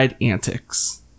antics